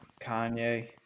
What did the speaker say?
Kanye